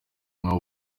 nk’abo